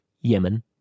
Yemen